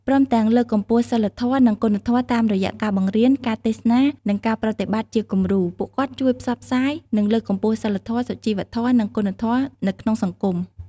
ព្រមទាំង លើកកម្ពស់សីលធម៌ និងគុណធម៌តាមរយៈការបង្រៀន ការទេសនា និងការប្រតិបត្តិជាគំរូ ពួកគាត់ជួយផ្សព្វផ្សាយ និងលើកកម្ពស់សីលធម៌ សុជីវធម៌ និងគុណធម៌នៅក្នុងសង្គម។